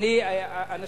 אדוני יושב-ראש הכנסת,